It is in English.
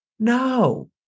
No